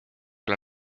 ole